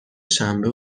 شنبه